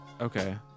Okay